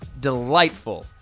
delightful